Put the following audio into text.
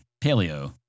paleo